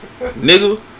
nigga